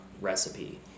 recipe